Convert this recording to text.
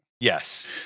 Yes